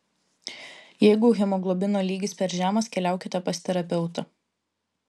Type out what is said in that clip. jeigu hemoglobino lygis per žemas keliaukite pas terapeutą